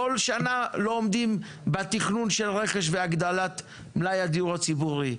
כל שנה לא עומדים בתכנון של רכש וגדלת מלאי הדיור הציבורי.